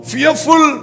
Fearful